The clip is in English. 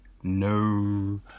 No